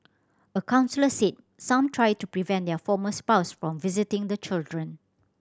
a counsellor said some try to prevent their former spouse from visiting the children